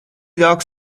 dogs